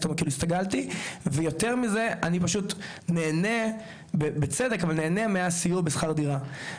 הסתגלתי ויותר מזה אני פשוט נהנה מהסיוע בשכר דירה.